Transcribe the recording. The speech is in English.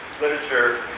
literature